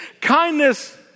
Kindness